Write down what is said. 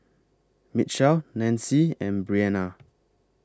Mitchel Nanci and Briana